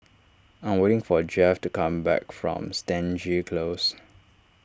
I am waiting for Jeffie to come back from Stangee Close